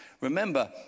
remember